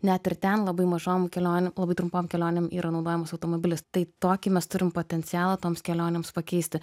net ir ten labai mažom kelionėm labai trumpom kelionėm yra naudojamas automobilis tai tokį mes turim potencialą toms kelionėms pakeisti